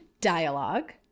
dialogue